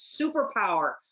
superpower